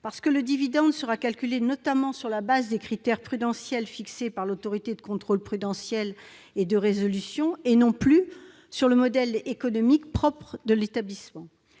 nouvelle. Le dividende sera calculé, notamment, sur la base des critères prudentiels fixés par l'Autorité de contrôle prudentiel et de résolution, et non plus sur le modèle économique propre de l'établissement.